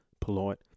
polite